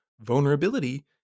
vulnerability